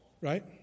right